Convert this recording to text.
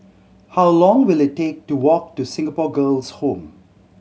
how long will it take to walk to Singapore Girls' Home